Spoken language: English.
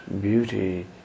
beauty